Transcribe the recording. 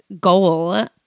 goal